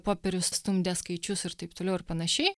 popierius stumdė skaičius ir taip toliau ir panašiai